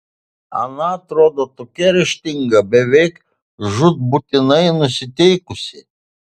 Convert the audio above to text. ana atrodo tokia ryžtinga beveik žūtbūtinai nusiteikusi